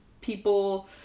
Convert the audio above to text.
people